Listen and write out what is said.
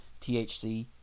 THC